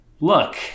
Look